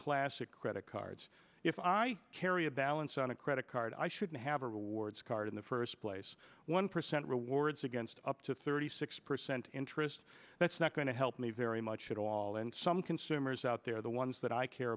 classic credit cards if i carry a balance on a credit card i shouldn't have a rewards card in the first place one percent rewards against up to thirty six percent interest that's not going to help me very much at all and some consumers out there the ones that i care